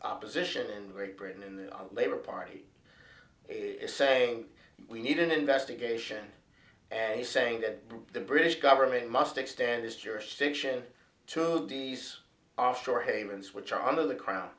opposition in great britain in the labor party is saying we need an investigation and he's saying that the british government must extend its jurisdiction to these offshore havens which are under the crow